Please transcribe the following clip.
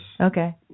Okay